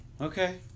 Okay